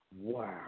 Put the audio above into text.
Wow